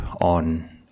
on